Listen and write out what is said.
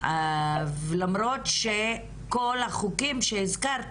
למרות שכל החוקים שהזכרת